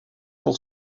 pour